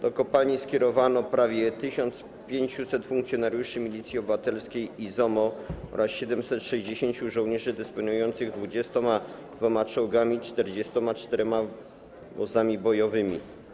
Do kopalni skierowano prawie 1500 funkcjonariuszy Milicji Obywatelskiej i ZOMO oraz 760 żołnierzy dysponujących 22 czołgami i 44 wozami bojowymi.